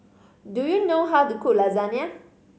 do you know how to cook Lasagna